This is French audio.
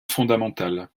fondamental